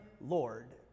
Lord